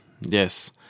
Yes